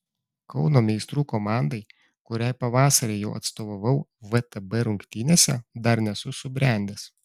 kauno meistrų komandai kuriai pavasarį jau atstovavau vtb rungtynėse dar nesu subrendęs